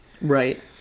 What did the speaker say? Right